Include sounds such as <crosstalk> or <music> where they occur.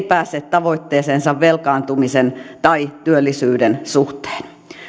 <unintelligible> pääse tavoitteeseensa velkaantumisen tai työllisyyden suhteen